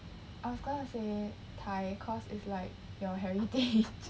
I was going to say thai cause is like your heritage